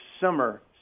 summer